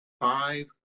Five